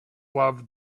loved